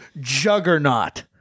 juggernaut